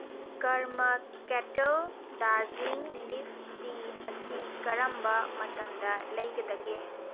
ꯀꯔꯃ kettle Darjeeling leaf tea ꯑꯁꯤ ꯀꯔꯝꯕ ꯃꯇꯝꯗ ꯂꯩꯒꯗꯒꯦ